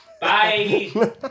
Bye